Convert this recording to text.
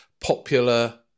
popular